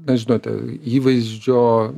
na žinote įvaizdžio